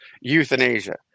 euthanasia